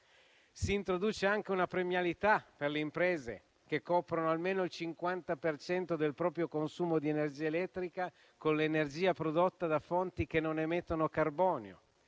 Si introduce anche una premialità per le imprese che coprono almeno il 50 per cento del proprio consumo di energia elettrica con l'energia prodotta da fonti che non emettono carbonio.